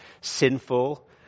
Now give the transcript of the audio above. sinful